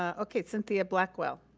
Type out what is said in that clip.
ah okay, cynthia blackwell.